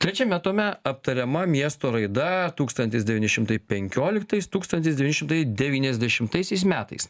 trečiame tome aptariama miesto raida tūkstantis devyni šimtai penkioliktais tūkstantis devyni šimtai devyniasdešimtaisiais metais